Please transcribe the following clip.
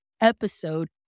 episode